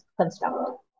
construct